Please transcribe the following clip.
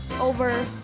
over